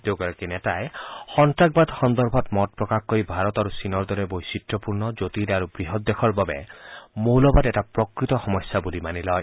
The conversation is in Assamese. দুয়োগৰাকী নেতাই সন্ত্ৰাসবাদ সন্দৰ্ভত মত প্ৰকাশ কৰি ভাৰত আৰু চীনৰ দৰে বৈচিত্ৰ্যপূৰ্ণ জটিল আৰু বৃহৎ দেশৰ বাবে মৌলবাদ এটা প্ৰকৃত সমস্যা বুলি মানি লয়